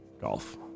Golf